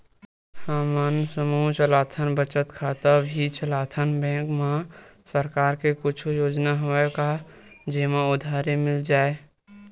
हमन समूह चलाथन बचत खाता भी चलाथन बैंक मा सरकार के कुछ योजना हवय का जेमा उधारी मिल जाय?